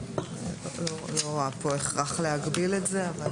אני לא רואה פה הכרח להגביל את זה.